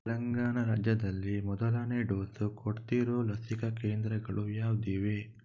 ತೆಲಂಗಾಣ ರಾಜ್ಯದಲ್ಲಿ ಮೊದಲನೇ ಡೋಸು ಕೊಡ್ತಿರೋ ಲಸಿಕಾ ಕೇಂದ್ರಗಳು ಯಾವಿವೆ